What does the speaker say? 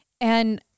and-